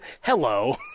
Hello